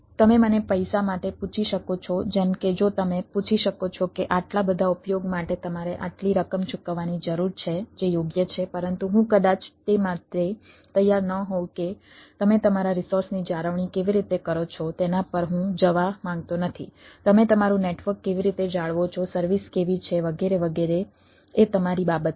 તમે મને પૈસા માટે પૂછી શકો છો જેમ કે જો તમે પૂછી શકો છો કે આટલા બધા ઉપયોગ માટે તમારે આટલી રકમ ચૂકવવાની જરૂર છે જે યોગ્ય છે પરંતુ હું કદાચ તે માટે તૈયાર ન હોઉં કે તમે તમારા રિસોર્સની જાળવણી કેવી રીતે કરો છો તેના પર હું જવા માંગતો નથી તમે તમારું નેટવર્ક કેવી રીતે જાળવો છો સર્વિસ કેવી છે વગેરે વગેરે એ તમારી બાબત છે